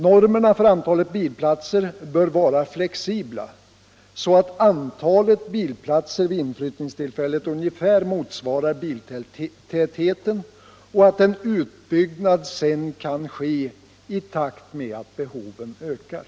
Normerna för antalet bilplatser 29 maj 1975 bör vara flexibla så att antalet bilplatser vid inflyttningstillfället ungefär motsvarar biltätheten och en utbyggnad sedan sker i takt med att behoven — Förbud mot ökar.